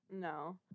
No